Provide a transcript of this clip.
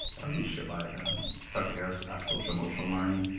our leadership by tucker harris, our social emotional learning.